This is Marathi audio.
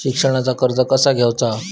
शिक्षणाचा कर्ज कसा घेऊचा हा?